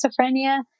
schizophrenia